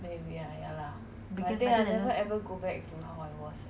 maybe I'll play for one year